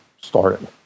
started